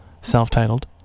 self-titled